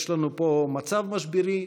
יש לנו פה מצב משברי,